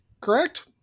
correct